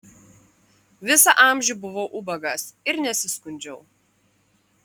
visą amžių buvau ubagas ir nesiskundžiau